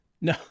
No